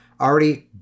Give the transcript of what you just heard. already